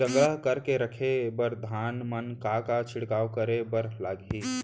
संग्रह करके रखे बर धान मा का का छिड़काव करे बर लागही?